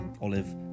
Olive